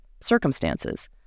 circumstances